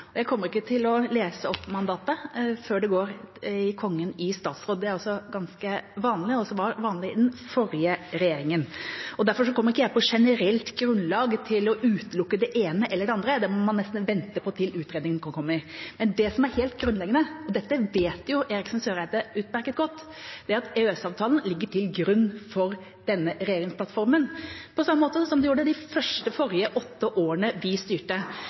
og det blir presentert i morgen. Jeg kommer ikke til å lese opp mandatet før det går til Kongen i statsråd. Det er ganske vanlig, og det var også vanlig i den forrige regjeringen. Derfor kommer ikke jeg på generelt grunnlag til å utelukke det ene eller det andre. Det må man nesten vente på til utredningen kommer. Men det som er helt grunnleggende – og dette vet jo Søreide utmerket godt – er at EØS-avtalen ligger til grunn for denne regjeringsplattformen, på samme måte som den gjorde det de forrige åtte årene vi styrte.